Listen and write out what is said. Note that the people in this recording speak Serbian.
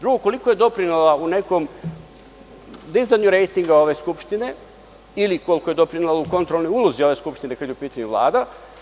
Drugo, koliko je doprinela u nekom dizanju rejtinga ove Skupštine ili koliko je doprinela u kontrolnoj ulozi ove skupštine kada je u pitanju Vlada?